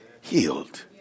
healed